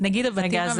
נגיד הבתים המאזנים.